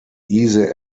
easy